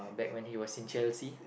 back when he was in Chelsea